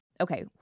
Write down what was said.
okay